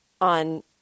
on